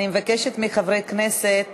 אני מבקשת מחברי הכנסת